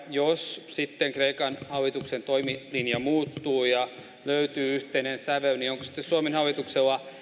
jos sitten kreikan hallituksen toimilinja muuttuu ja löytyy yhteinen sävel niin onko suomen hallituksella